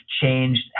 changed